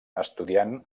estudiant